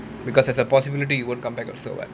because there's a possibility you won't come back also [what]